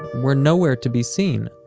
were nowhere to be seen.